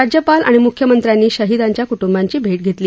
राज्यपाल आणि मुख्यमंत्र्यांनी शहीदांच्या क्ट्ंबियांची भेट घेतली